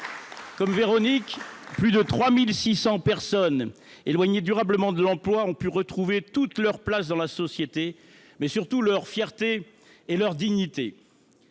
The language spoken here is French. Comme Véronique, plus de 3 600 personnes éloignées durablement de l’emploi ont pu retrouver toute leur place dans la société, mais surtout leur fierté et leur dignité.